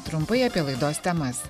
trumpai apie laidos temas